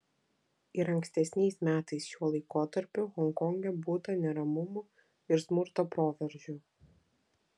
ir ankstesniais metais šiuo laikotarpiu honkonge būta neramumų ir smurto proveržių